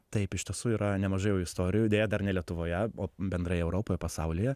taip iš tiesų yra nemažai jau istorijų deja dar ne lietuvoje o bendrai europoj pasaulyje